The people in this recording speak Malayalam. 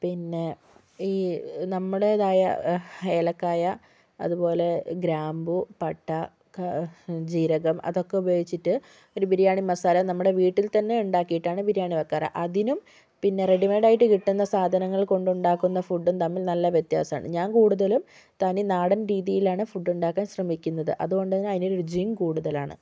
പിന്നേ ഈ നമ്മുടേതായ ഏലക്കായ അതുപോലെ ഗ്രാമ്പൂ പട്ട ക ജീരകം അതൊക്കേ ഉപയോഗിച്ചിട്ട് ഒരു ബിരിയാണി മസാല നമ്മുടെ വീട്ടിൽ തന്നേ ഉണ്ടാക്കിയിട്ടാണ് ബിരിയാണി വെക്കാറ് അതിനും പിന്നേ റെഡി മെയ്ഡ് ആയിട്ട് കിട്ടുന്ന സാധനങ്ങൾ കൊണ്ട് ഉണ്ടാക്കുന്ന ഫുഡും തമ്മിൽ നല്ല വ്യത്യാസം ആണ് ഞാൻ കൂടുതലും തനി നാടൻ രീതിയിലാണ് ഫുഡ് ഉണ്ടാക്കാൻ ശ്രമിക്കുന്നത് അതുകൊണ്ട് തന്നേ അതിന് രുചിയും കൂടുതലാണ്